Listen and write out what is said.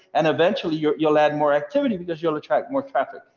and eventually, you'll you'll add more activity because you'll attract more traffic,